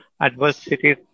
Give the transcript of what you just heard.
adversities